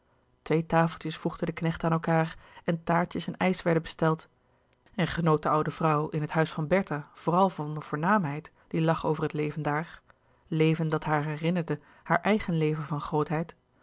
twee tafeltjes voegde de knecht aan elkaâr en taartjes en ijs werden besteld en genoot de oude vrouw in het huis van bertha vooral van de voornaamheid die lag over het leven daar leven dat haar herinnerde haar eigen leven van grootheid